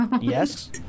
Yes